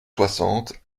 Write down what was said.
soixante